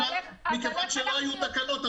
מכיוון שלא היו תקנות.